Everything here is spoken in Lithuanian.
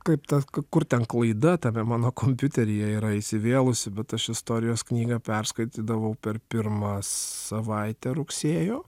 kaip tas kur ten klaida tame mano kompiuteryje yra įsivėlusi bet aš istorijos knygą perskaitydavau per pirmą savaitę rugsėjo